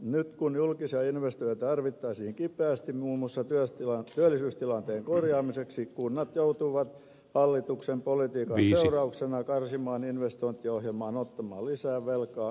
nyt kun julkisia investointeja tarvittaisiin kipeästi muun muassa työllisyystilanteen korjaamiseksi kunnat joutuvat hallituksen politiikan seurauksena karsimaan investointiohjelmaa ottamaan lisää velkaa ja niin edelleen